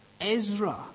Ezra